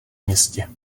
městě